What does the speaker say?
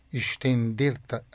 estender-te